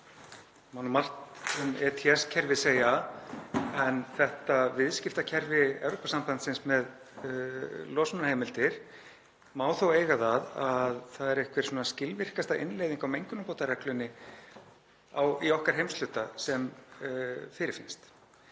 er margt um ETS-kerfið að segja, en þetta viðskiptakerfi Evrópusambandsins með losunarheimildir má þó eiga það að það er einhver skilvirkasta innleiðing á mengunarbótareglunni í okkar heimshluta sem fyrirfinnst.